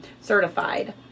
certified